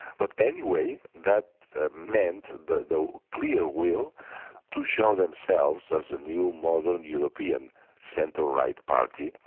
but anyway, that ah meant the the clear will to show themselves as a new model european centre right party,